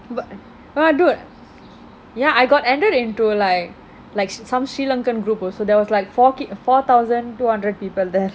bu~ but dude ya I got added into like like some Sri Lankan group also there was like four four thousand two hundred people there